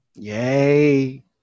Yay